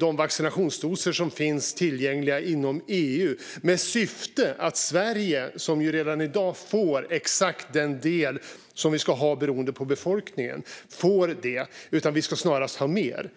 de vaccindoser som finns tillgängliga inom EU för att vi i Sverige, som redan i dag får exakt den andel vi ska ha beroende på befolkningen, ska få mer.